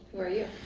who are you?